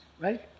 right? –